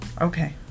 Okay